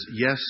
yes